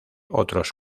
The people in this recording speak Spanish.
otros